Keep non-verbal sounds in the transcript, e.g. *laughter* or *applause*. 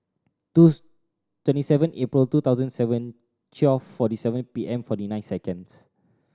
two *unintelligible* twenty seven April two thousand seven twelve forty seven P M forty nine seconds